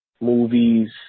movies